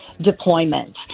deployment